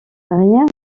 rien